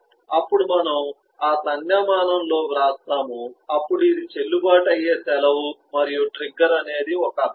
అప్పుడు మనము ఆ సంజ్ఞామానం లో వ్రాస్తాము అప్పుడు ఇది చెల్లుబాటు అయ్యే సెలవు మరియు ట్రిగ్గర్ అనేది ఒక అభ్యర్థన